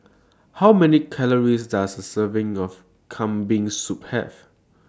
How Many Calories Does A Serving of Kambing Soup Have